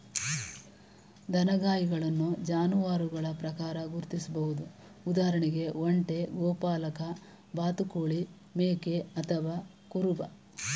ದನಗಾಹಿಗಳನ್ನು ಜಾನುವಾರುಗಳ ಪ್ರಕಾರ ಗುರ್ತಿಸ್ಬೋದು ಉದಾಹರಣೆಗೆ ಒಂಟೆ ಗೋಪಾಲಕ ಬಾತುಕೋಳಿ ಮೇಕೆ ಅಥವಾ ಕುರುಬ